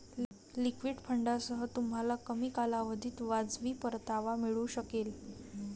liquid फंडांसह, तुम्हाला कमी कालावधीत वाजवी परतावा मिळू शकेल